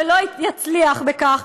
ולא יצליח בכך,